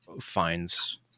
finds